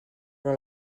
però